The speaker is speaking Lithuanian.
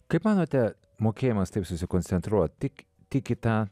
kaip manote mokėjimas taip susikoncentruot tik tik į tą